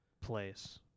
place